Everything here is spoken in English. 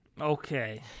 Okay